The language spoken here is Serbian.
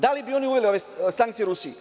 Da li bi oni uveli sankcije Rusiji?